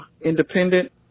independent